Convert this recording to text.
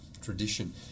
tradition